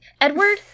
edward